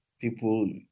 people